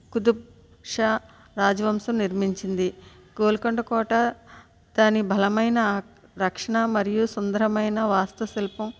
ఖుతుబ్ షా రాజవంశం నిర్మించింది గోల్కొండ కోట దాని బలమైన రక్షణ మరియు సుందరమైన వాస్తు శిల్పం